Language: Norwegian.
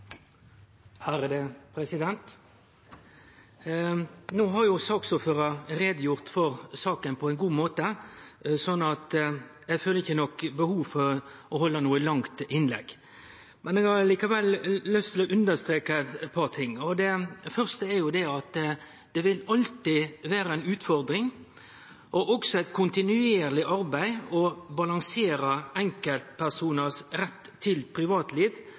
No har saksordføraren gjort greie for saka på ein god måte, så eg føler ikkje behov for å halde noko langt innlegg. Eg har likevel lyst til å understreke eit par ting. Det første er det at det vil alltid vere ei utfordring og også eit kontinuerleg arbeid å balansere enkeltpersonars rett til privatliv